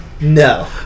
No